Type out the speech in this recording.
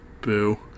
Boo